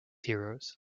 heroes